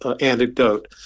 anecdote